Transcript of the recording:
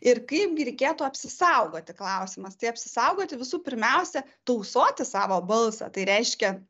ir kaipgi reikėtų apsisaugoti klausimas tai apsisaugoti visų pirmiausia tausoti savo balsą tai reiškia